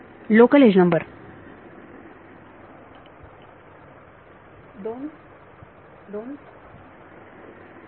local age number विद्यार्थी 2 2